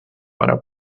para